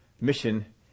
mission